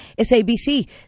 SABC